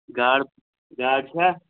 گاڈٕ گاڈٕ چھا